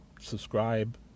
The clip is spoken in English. subscribe